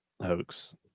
hoax